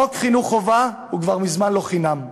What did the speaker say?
חוק חינוך חובה הוא כבר מזמן לא חינם.